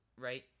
right